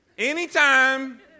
Anytime